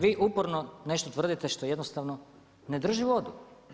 Vi uporno nešto tvrdite što jednostavno ne drži vodu.